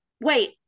wait